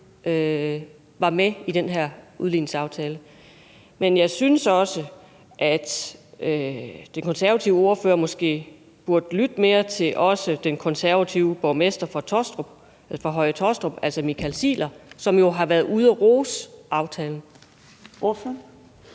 var med i den her udligningsaftale. Jeg synes også, at den konservative ordfører måske burde lytte mere til den konservative borgmester i Høje-Taastrup Kommune, altså Michael Ziegler, som jo har været ude at rose aftalen. Kl.